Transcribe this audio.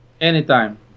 Anytime